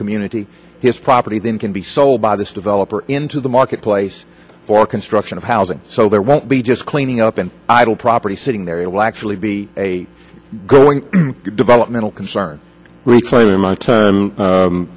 community his property then can be sold by this developer into the marketplace for construction of housing so there won't be just cleaning up and idle property sitting there it will actually be a growing developmental concern reclaiming my time